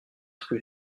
rue